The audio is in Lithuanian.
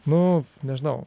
nu nežinau